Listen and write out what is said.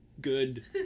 good